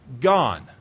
Gone